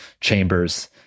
chambers